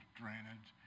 drainage